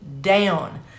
down